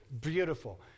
beautiful